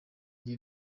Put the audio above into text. ibi